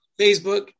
Facebook